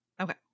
Okay